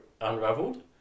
unraveled